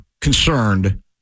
concerned